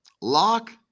Lock